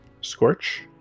scorch